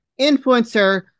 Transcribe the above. influencer